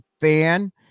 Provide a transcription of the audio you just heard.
fan